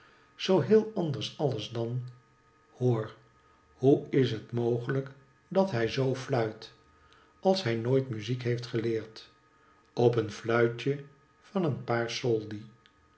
zoo heel anders alles dan hoor hoe is het mogelijk dat hij zoo fluit als hij nooit muziek heeft geleerd op een fluitje van een paar soldi